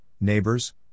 neighbors